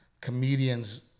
comedians